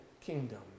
kingdom